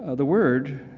ah the word,